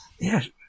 Yes